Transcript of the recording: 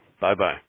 bye-bye